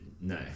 no